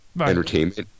entertainment